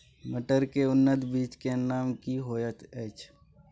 मटर के उन्नत बीज के नाम की होयत ऐछ?